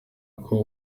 kuri